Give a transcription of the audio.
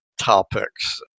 topics